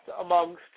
amongst